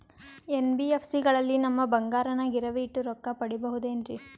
NBFC ಗಳಲ್ಲಿ ನಮ್ಮ ಬಂಗಾರನ ಗಿರಿವಿ ಇಟ್ಟು ರೊಕ್ಕ ಪಡೆಯಬಹುದೇನ್ರಿ?